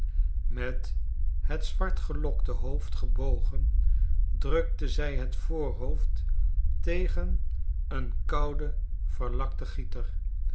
met het zwartgelokte hoofd gebogen drukte zij het voorhoofd tegen een kouden verlakten gieter